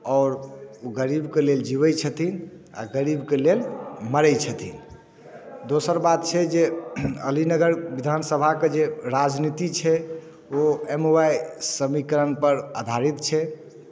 आओर गरीबके लेल जीवैत छथिन आ गरीबके लेल मरै छथिन दोसर बात छै जे अलीनगर विधान सभाके जे राजनीति छै ओ एम वाय समीकरणपर आधारित छै